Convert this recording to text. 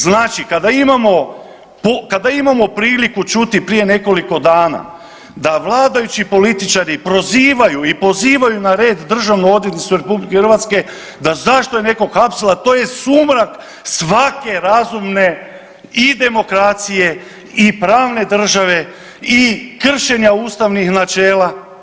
Znači kada imamo, kada imamo priliku čuti prije nekoliko dana da vladajući političari prozivaju i pozivaju na red državnu odvjetnicu RH da zašto je nekog hapsila, to je sumrak svake razumne i demokracije i pravne države i kršenja ustavnih načela.